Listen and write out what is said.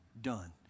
done